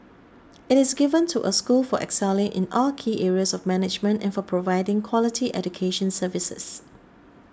it is given to a school for excelling in all key areas of management and for providing quality education services